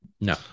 No